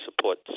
support